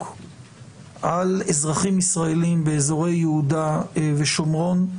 על אזרחים ישראלים באזורי יהודה ושומרון,